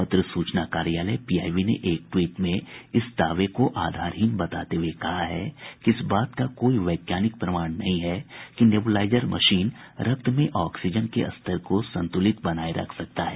पत्र सूचना कार्यालय पीआईबी ने एक ट्वीट में इस दावे को आधारहीन बताते हुए कहा है कि इस बात का कोई वैज्ञानिक प्रमाण नहीं है कि नेबुलाईजर मशीन रक्त में ऑक्सीजन के स्तर को संतुलित बनाये रख सकता है